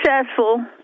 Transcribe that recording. successful